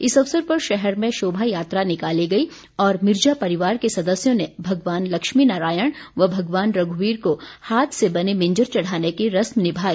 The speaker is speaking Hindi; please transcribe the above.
इस अवसर पर शहर में शोभा यात्रा निकाली गई और मिर्जा परिवार के सदस्यों ने भगवान लक्ष्मीनारायण और भगवान रघुवीर को हाथ से बनी मिंजर चढ़ाने की रस्म निभाई